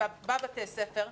בבתי הספר.